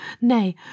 Nay